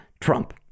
Trump